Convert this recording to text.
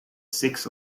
six